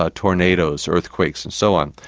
ah tornadoes, earthquakes and so on.